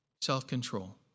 self-control